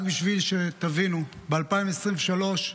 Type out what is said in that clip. רק בשביל שתבינו: ב-2023,